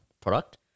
product